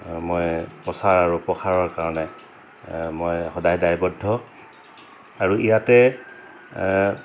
মই প্ৰচাৰ আৰু প্ৰসাৰৰ কাৰণে মই সদায় দায়বদ্ধ আৰু ইয়াতে